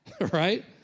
Right